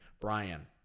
Brian